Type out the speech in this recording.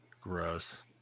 Gross